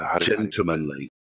Gentlemanly